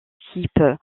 type